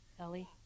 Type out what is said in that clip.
Ellie